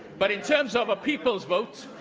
but in terms of a people's vote,